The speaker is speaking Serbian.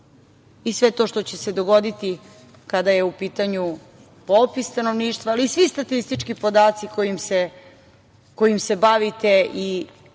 i sve to što će se dogoditi kada je u pitanju popis stanovništva, ali i svi statistički podaci kojima se bavite i